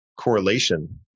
correlation